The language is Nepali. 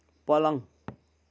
पलङ